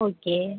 okay